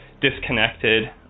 disconnected